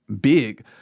big